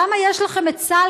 למה יש לכם צה"ל,